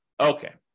Okay